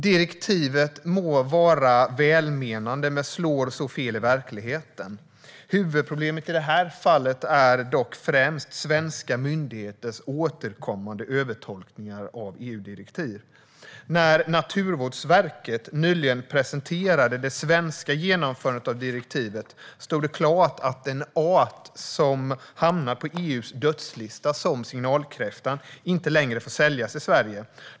Direktivet må vara välmenande men slår fel i verkligheten. Huvudproblemet i det här fallet är dock främst svenska myndigheters återkommande övertolkningar av EU-direktiv. När Naturvårdsverket nyligen presenterade det svenska genomförandet av direktivet stod det klart att en art som hamnar på EU:s dödslista, som signalkräftan, inte längre får säljas i Sverige.